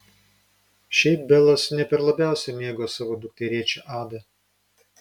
šiaip belas ne per labiausiai mėgo savo dukterėčią adą